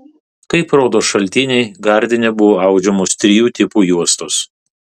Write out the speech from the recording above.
kaip rodo šaltiniai gardine buvo audžiamos trijų tipų juostos